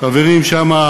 חברים שם,